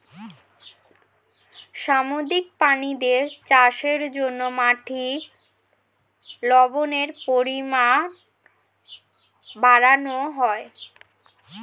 সামুদ্রিক প্রাণীদের চাষের জন্যে মাটির লবণের পরিমাণ বাড়ানো হয়